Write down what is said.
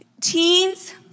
Teens